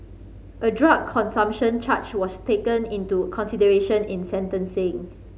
a drug consumption charge was taken into consideration in sentencing